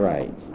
Right